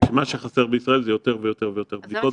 שמה שחסר בישראל זה יותר ויותר ויותר בדיקות,